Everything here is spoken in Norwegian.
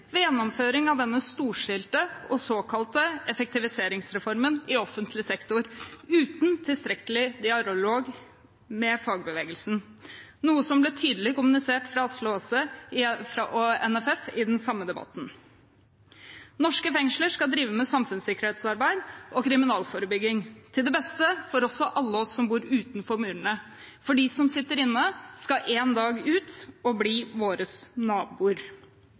ved gjennomføring av denne storstilte og såkalte effektiviseringsreformen i offentlig sektor uten tilstrekkelig dialog med fagbevegelsen, noe som ble tydelig kommunisert av Asle Aase fra NFF i den samme debatten. Norske fengsler skal drive med samfunnssikkerhetsarbeid og kriminalforebygging til det beste for også alle oss som bor utenfor murene, for de som sitter inne, skal en dag ut og bli våre naboer.